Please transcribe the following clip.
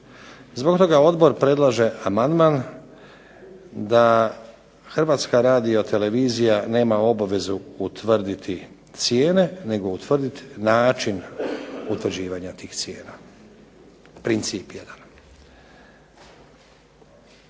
Zbog toga odbor predlaže amandman da HRT nema obavezu utvrditi cijene nego utvrditi način utvrđivanja tih cijena, princip jedan.